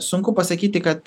sunku pasakyti kad